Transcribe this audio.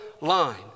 line